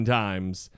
times